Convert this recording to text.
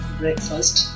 breakfast